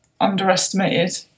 underestimated